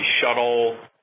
shuttle